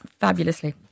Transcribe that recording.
fabulously